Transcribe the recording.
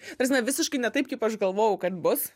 ta prasme visiškai ne taip kaip aš galvojau kad bus